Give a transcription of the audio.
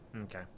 okay